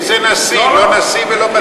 איזה נשיא, לא נשיא ולא בטיח.